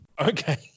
okay